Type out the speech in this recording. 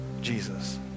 Jesus